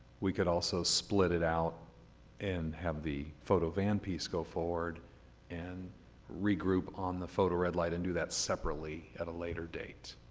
we could also split it out and have the photo van piece go forward and regroup on the photo red light and do that separately at a later date.